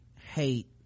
hate